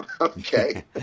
okay